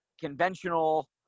conventional